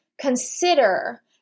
consider